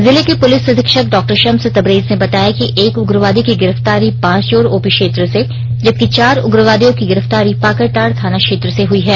जिले के पुलिस अधीक्षक डॉक्टर शम्स तबरेज ने बताया कि एक उग्रवादी की गिरफ्तारी बांसजोर ओपी क्षेत्र से जबकि चार उग्रवादियों की गिरफ्तारी पाकरटांड थाना क्षेत्र से हुई है